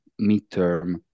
midterm